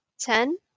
Ten